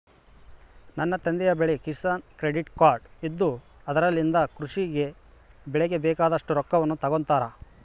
ನನ್ನ ತಂದೆಯ ಬಳಿ ಕಿಸಾನ್ ಕ್ರೆಡ್ ಕಾರ್ಡ್ ಇದ್ದು ಅದರಲಿಂದ ಕೃಷಿ ಗೆ ಬೆಳೆಗೆ ಬೇಕಾದಷ್ಟು ರೊಕ್ಕವನ್ನು ತಗೊಂತಾರ